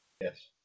Yes